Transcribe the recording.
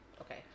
Okay